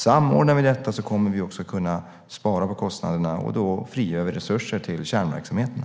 Samordnar vi detta kommer vi också att kunna spara på kostnaderna. Då frigör vi resurser till kärnverksamheterna.